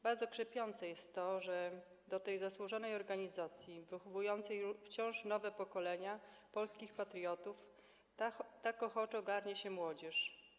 Bardzo krzepiące jest to, że do tej zasłużonej organizacji, wychowującej wciąż nowe pokolenia polskich patriotów, tak ochoczo garnie się młodzież.